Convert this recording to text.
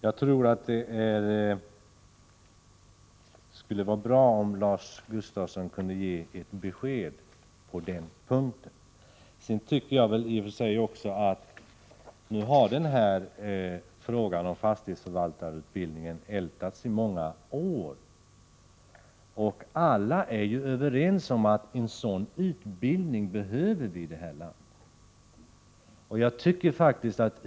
Jag tror det vore bra om Lars Gustafsson kunde ge ett besked på den punkten. Frågan om fastighetsförvaltarutbildning har ältats i många år. Alla är ju överens om att vi behöver en sådan utbildning i det här landet.